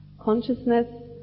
Consciousness